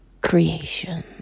creation